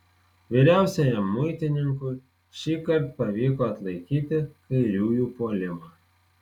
vyriausiajam muitininkui šįkart pavyko atlaikyti kairiųjų puolimą